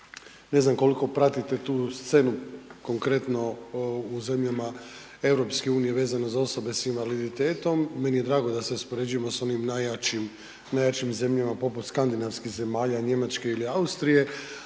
ne znam koliko pratite tu scenu, konkretno u zemljama EU vezano za osobe s invaliditetom, meni je drago da se uspoređujemo s onim najjačim zemljama poput skandinavskim zemalja, Njemačke ili Austrije,